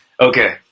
Okay